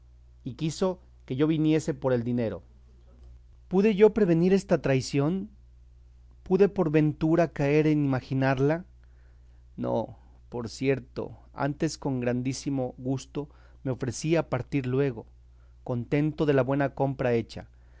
y quiso que yo viniese por el dinero pude yo prevenir esta traición pude por ventura caer en imaginarla no por cierto antes con grandísimo gusto me ofrecí a partir luego contento de la buena compra hecha